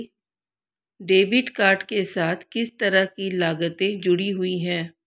Debit card के साथ किस तरह की लागतें जुड़ी हुई हैं?